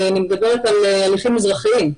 ואני מדברת על הליכים אזרחיים,